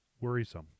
worrisome